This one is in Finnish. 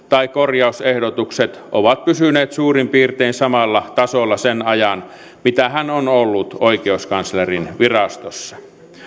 tai korjausehdotukset ovat pysyneet suurin piirtein samalla tasolla sen ajan mitä hän on ollut oikeuskanslerin virastossa